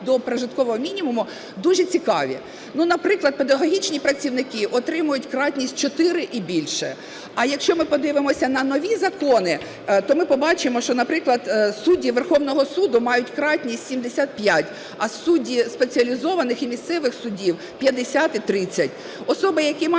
до прожиткового мінімуму дуже цікаві. Ну, наприклад, педагогічні працівники отримують кратність 4 і більше. А, якщо ми подивимося на нові закони, то ми побачимо, що, наприклад, судді Верховного Суду мають кратність 75, а судді спеціалізованих і місцевих судів – 50 і 30. Особи, які мають